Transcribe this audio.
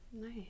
nice